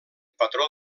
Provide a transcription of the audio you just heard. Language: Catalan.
patró